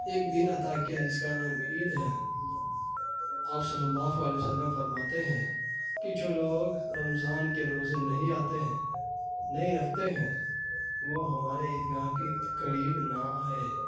ایک دن عطا کیا جس کا نام عید ہے آپ صلی اللہ علیہ و سلم فرماتے ہیں کہ جو لوگ رمضان کے روزے نہیں آتے ہیں نہیں رکھتے ہیں وہ ہمارے عیدگاہ کے قریب نہ آئے